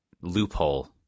loophole